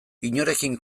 inorekin